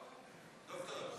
דוקטור.